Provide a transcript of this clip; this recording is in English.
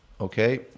okay